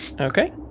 Okay